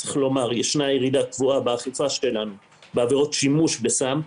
ישנה ירידה קבועה באכיפה שלנו בעבירות שימוש בסם,